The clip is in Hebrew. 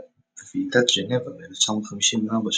בוועידת ז'נבה ב-1954,